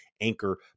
Anchor